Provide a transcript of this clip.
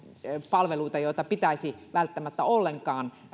palveluita joita pitäisi välttämättä ollenkaan